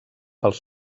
pels